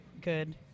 good